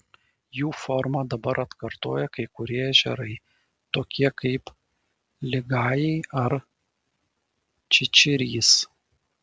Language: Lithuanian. jų formą dabar atkartoja kai kurie ežerai tokie kaip ligajai ar čičirys